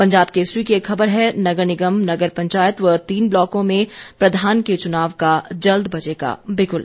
पंजाब केसरी की एक खबर है नगर निगम नगर पंचायत व तीन ब्लॉकों में प्रधान के चुनाव का जल्द बजेगा बिगुल